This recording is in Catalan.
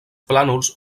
plànols